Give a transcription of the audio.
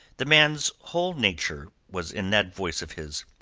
the man's whole nature was in that voice of his.